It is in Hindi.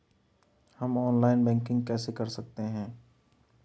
हम ऑनलाइन बैंकिंग कैसे कर सकते हैं?